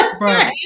right